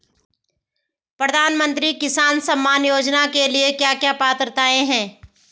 प्रधानमंत्री किसान सम्मान योजना के लिए क्या क्या पात्रताऐं हैं?